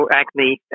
acne